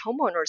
homeowners